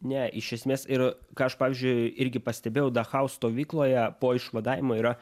ne iš esmės ir ką aš pavyzdžiui irgi pastebėjau dachau stovykloje po išvadavimo yra